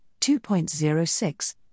2.06